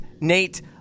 Nate